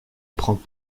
prends